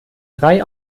drei